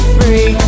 Free